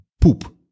poop